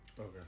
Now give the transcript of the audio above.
Okay